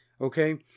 Okay